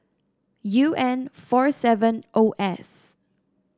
U N four seven O S